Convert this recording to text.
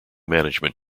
management